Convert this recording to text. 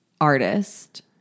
artist